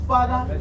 Father